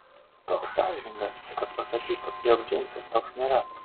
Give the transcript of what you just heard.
toks sąžiningas kad pasakytų jog džeimsas toks nėra